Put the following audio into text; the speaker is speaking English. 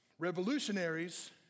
Revolutionaries